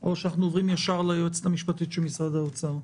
או שאנחנו עוברים ישר ליועצת המשפטית של משרד האוצר?